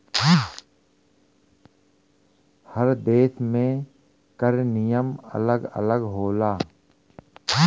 हर देस में कर नियम अलग अलग होला